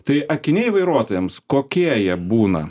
tai akiniai vairuotojams kokie jie būna